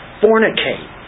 fornicate